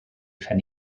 phen